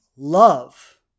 love